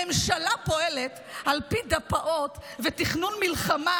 הממשלה פועלת על פי דפ"עות ותכנון מלחמה,